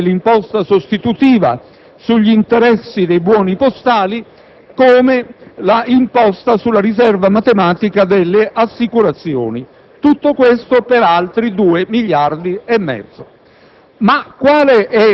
l'aumento dell'imposta sostitutiva sugli interessi dei buoni postali, l'imposta sulla riserva matematica delle assicurazioni. Tutto questo ha consentito